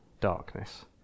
darkness